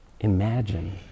Imagine